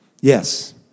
yes